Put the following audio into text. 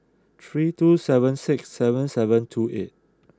three two seven six seven seven two eight